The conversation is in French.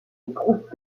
groupes